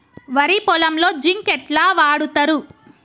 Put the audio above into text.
వరి పొలంలో జింక్ ఎట్లా వాడుతరు?